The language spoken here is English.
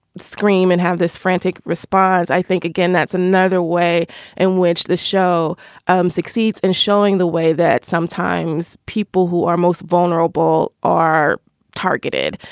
scream and have this frantic response, i think, again, that's another way in which the show um succeeds in showing the way that sometimes people who are most vulnerable are targeted.